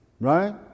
right